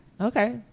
Okay